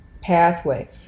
pathway